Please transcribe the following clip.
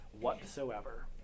whatsoever